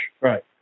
Right